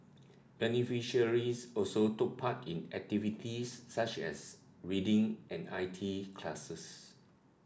beneficiaries also took part in activities such as reading and I T classes